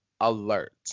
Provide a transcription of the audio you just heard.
alert